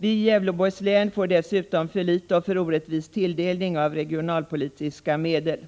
Vi får i Gävleborgs län dessutom för litet och för orättvis tilldelning av regionalpolitiska medel.